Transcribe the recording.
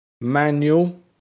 Manual